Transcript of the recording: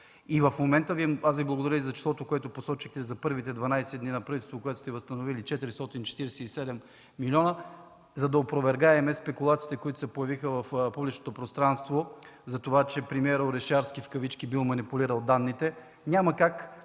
И в момента аз Ви благодаря за числото, което посочихте за първите дванадесет дни на правителството, където сте възстановили – 447 милиона, за да опровергаем спекулациите, които се появиха в публичното пространство за това, че премиерът Орешарски „бил манипулирал” данните. Няма как при онези